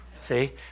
See